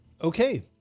Okay